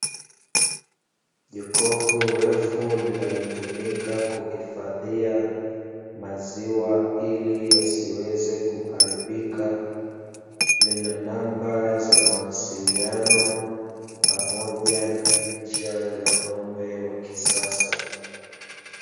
Jokofu refu linalotumika kuhifadhia maziwa ili yasiweze kuharibika, lina namba za mawasiliano pamoja na picha za ng'ombe wakisasa.